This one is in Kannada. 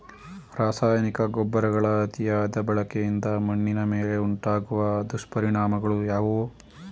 ರಾಸಾಯನಿಕ ಗೊಬ್ಬರಗಳ ಅತಿಯಾದ ಬಳಕೆಯಿಂದ ಮಣ್ಣಿನ ಮೇಲೆ ಉಂಟಾಗುವ ದುಷ್ಪರಿಣಾಮಗಳು ಯಾವುವು?